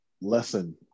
lesson